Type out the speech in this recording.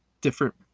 different